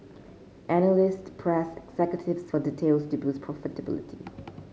analyst pressed executives for details to boost profitability